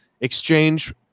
Exchange